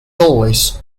always